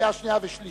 קריאה שנייה ושלישית.